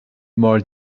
more